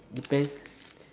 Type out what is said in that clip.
depends